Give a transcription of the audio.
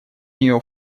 нее